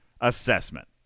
assessment